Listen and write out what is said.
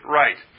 right